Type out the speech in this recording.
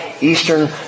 Eastern